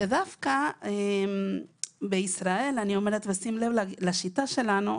דווקא בישראל נשים לב לשיטה שלנו,